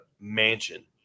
mansion